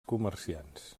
comerciants